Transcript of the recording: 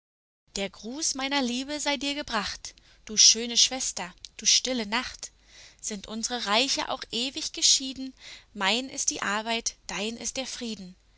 der gruß meiner liebe sei dir gebracht du schöne schwester du stille nacht sind unsre reiche auch ewig geschieden mein ist die arbeit dein ist der frieden